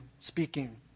speaking